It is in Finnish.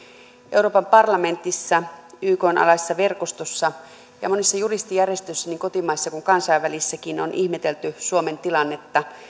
euroopan parlamentissa ykn alaisessa verkostossa ja monissa juristijärjestöissä niin kotimaisissa kuin kansainvälisissäkin on ihmetelty suomen tilannetta